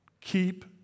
keep